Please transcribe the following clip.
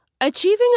Achieving